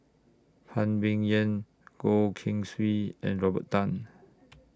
Phan Ming Yen Goh Keng Swee and Robert Tan